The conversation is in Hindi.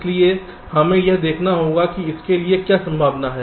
इसलिए हमें यह देखना होगा कि इसके लिए क्या संभावना है